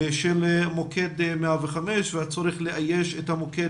של מוקד 105 והצורך לאייש את המוקד